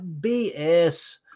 BS